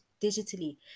digitally